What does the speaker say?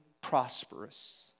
prosperous